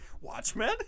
watchmen